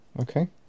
Okay